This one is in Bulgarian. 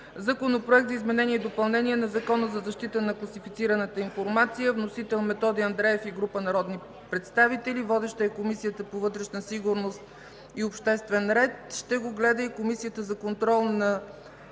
Законопроект за изменение и допълнение на Закона за защита на класифицираната информация. Вносители – Методи Андреев и група народни представители. Водеща – Комисия по вътрешна сигурност и обществен ред. Ще го гледа и Комисия за контрол над